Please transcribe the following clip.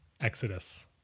Exodus